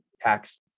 tax